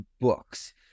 books